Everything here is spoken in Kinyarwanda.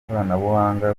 ikoranabuhanga